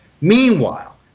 Meanwhile